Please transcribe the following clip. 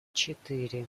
четыре